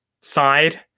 side